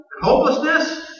hopelessness